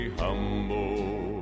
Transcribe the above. humble